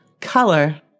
color